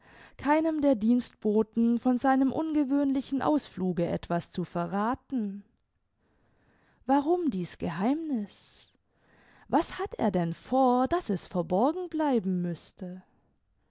keinem der dienstboten von seinem ungewöhnlichen ausfluge etwas zu verrathen warum dieß geheimniß was hat er denn vor daß es verborgen bleiben müßte